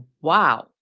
wow